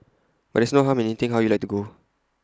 but there's no harm in hinting how you'd like to go